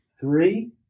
three